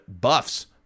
Buffs